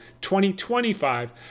2025